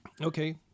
Okay